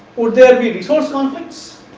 would there be resource conflicts.